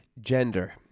gender